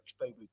baby